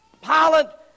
Pilot